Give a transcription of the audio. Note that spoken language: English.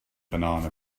banana